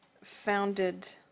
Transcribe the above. founded